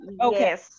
Okay